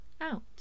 out